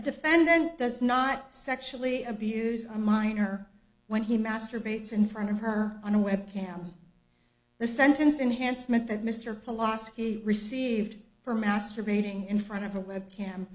a defendant does not sexually abused a minor when he masturbates in front of her on a webcam the sentence enhanced meant that mr polaski received for masturbating in front of a webcam